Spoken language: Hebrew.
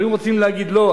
אבל אם רוצים להגיד: לא,